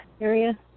area